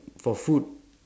for food